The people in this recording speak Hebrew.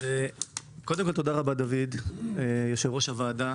אז קודם כול, תודה רבה, דוד, יושב-ראש הוועדה,